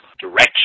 direction